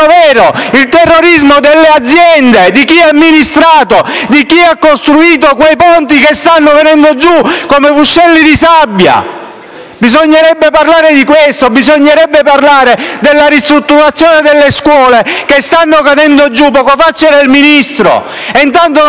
vero: il terrorismo delle aziende e di chi ha amministrato, di chi ha costruito quei ponti che stanno venendo giù come ruscelli di sabbia! Bisognerebbe parlare di questo. Bisognerebbe parlare della ristrutturazione delle scuole che stanno cadendo. Poco fa c'era il Ministro, ma intanto non